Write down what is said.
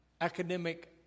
academic